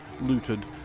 looted